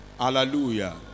hallelujah